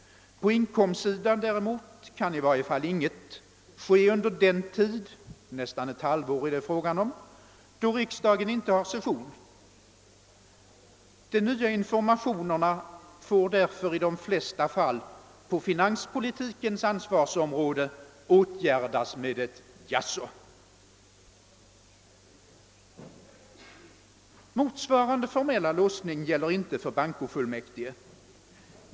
På inkomstsidan däremot kan i varje fall inget ske under den tid — det är fråga om nästan ett halvår — då riksdagen inte har session. De nya informationerna får därför i de flesta fall på finanspolitikens ansvarsområde åtgärdas med ett »jaså«. Motsvarande formella låsning gäller inte för bankofullmäktige.